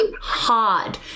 hard